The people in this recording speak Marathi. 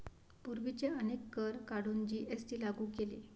पूर्वीचे अनेक कर काढून जी.एस.टी लागू केले